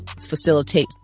facilitate